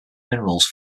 minerals